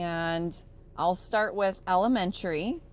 and i'll start with elementary.